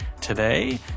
today